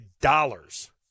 dollars